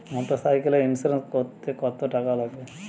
মোটরসাইকেলের ইন্সুরেন্স করতে কত টাকা লাগে?